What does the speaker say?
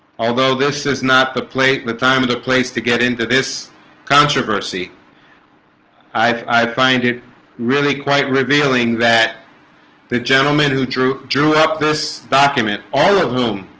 although this is not the plate the time of the place to get into this controversy i find it really quite revealing that the gentleman who drew drew up this document all of whom